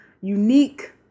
unique